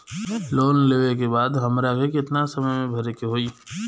Loan लेवे के बाद हमरा के कितना समय मे भरे के होई?